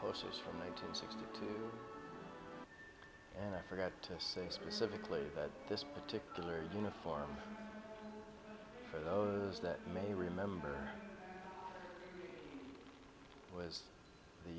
horses from nine to sixty two and i forgot to say specifically that this particular uniform for those that may remember was the